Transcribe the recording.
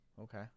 Okay